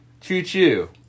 Choo-choo